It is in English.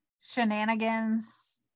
shenanigans